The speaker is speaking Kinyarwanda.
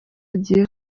agiye